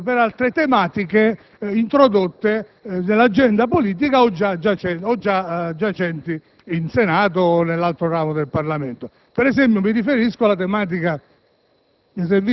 per altre questioni introdotte nell'agenda politica o già giacenti in Senato o nell'altro ramo del Parlamento. Mi riferisco, per esempio, alla tematica